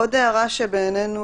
עוד הערה שרצינו